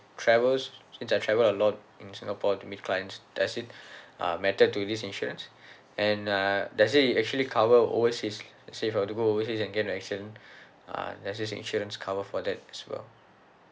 travels since I travel a lot in singapore to meet clients does it uh matter to this insurance and uh does it actually cover overseas let's say I have to go overseas and get into an accident uh does this insurance cover for that as well